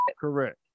Correct